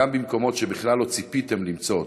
גם במקומות שבכלל לא ציפיתם למצוא אותו.